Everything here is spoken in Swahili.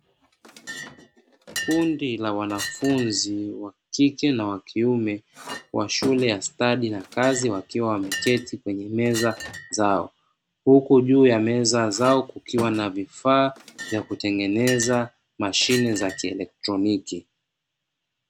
Kundi la wanafunzi wakike na wakiume wa shule za stadi za kazi wakiwa wameketi kwenye meza zao, huku juu ya meza kukiwa na vifaa vya kutengeneza mashine za kielektroniki.